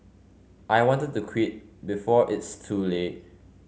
I wanted to quit before it's too late